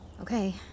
okay